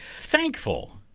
thankful